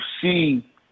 see